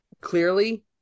clearly